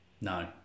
No